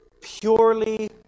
purely